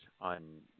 on